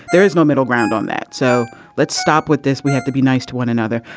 there is no middle ground on that. so let's stop with this. we have to be nice to one another.